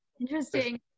interesting